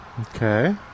okay